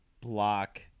block